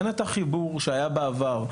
אין את החיבור שהיה בעבר.